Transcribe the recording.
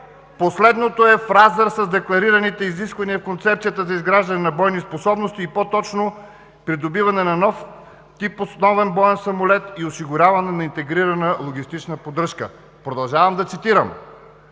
Последното е фраза с декларираните изисквания в Концепцията за изграждане на бойни способности и по-точно придобиване на нов тип основен боен самолет и осигуряване на интегрирана логистична поддръжка.“ Продължавам да цитирам: